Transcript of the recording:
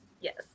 yes